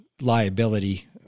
liability